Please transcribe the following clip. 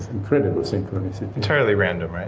incredible synchronicity totally random,